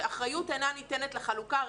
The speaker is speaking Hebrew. שאחריות אינה ניתנת לחלוקה,